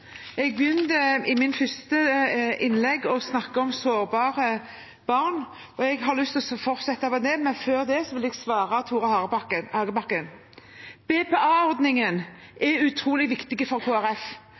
jeg har lyst til å fortsette med det. Men før det vil jeg svare Tore Hagebakken.